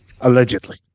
Allegedly